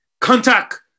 Contact